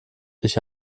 ich